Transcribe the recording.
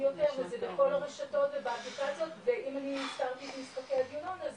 יותר זה בכל הרשתות ובאפליקציות ואם אני הזכרתי את משחקי הדיונון אז